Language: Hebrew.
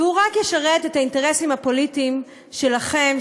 והוא רק ישרת את האינטרסים הפוליטיים שלכם,